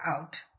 out